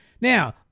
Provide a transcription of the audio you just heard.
Now